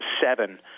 seven